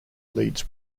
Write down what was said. leads